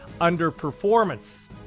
underperformance